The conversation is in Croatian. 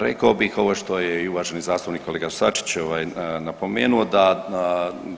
Rekao bih ovo što je i uvaženi zastupnik kolega Sačić ovaj napomenuo da